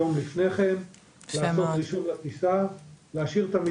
אני מניחה שאנשי החברה יציינו את זה.